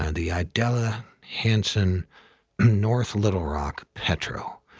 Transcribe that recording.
and yeah idella hanson north little rock petro.